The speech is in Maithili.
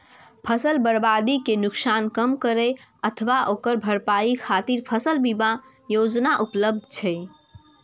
फसल बर्बादी के नुकसान कम करै अथवा ओकर भरपाई खातिर फसल बीमा योजना उपलब्ध छै